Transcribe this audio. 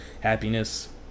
happiness